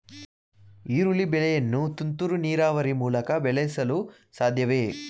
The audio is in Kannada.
ಈರುಳ್ಳಿ ಬೆಳೆಯನ್ನು ತುಂತುರು ನೀರಾವರಿ ಮೂಲಕ ಬೆಳೆಸಲು ಸಾಧ್ಯವೇ?